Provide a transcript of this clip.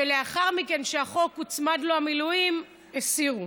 שלאחר מכן, כשלחוק הוצמדו המילואים, הסירו.